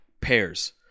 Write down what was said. pairs